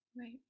Right